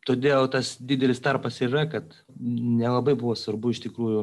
todėl tas didelis tarpas ir yra kad nelabai buvo svarbu iš tikrųjų